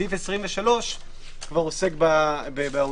סעיף 23 כבר עוסק בעונשין,